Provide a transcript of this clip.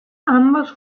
ambos